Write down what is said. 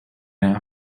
our